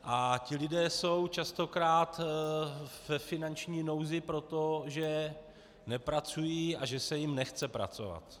A ti lidé jsou častokrát ve finanční nouzi proto, že nepracují a že se jim nechce pracovat.